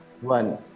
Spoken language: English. One